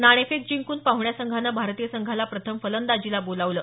नाणेफेक जिंकून पाहण्या संघानं भारतीय संघाला प्रथम फलंदाजीला बोलावलं